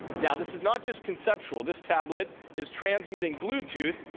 now, this is not just conceptual this tablet is transmitting bluetooth,